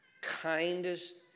kindest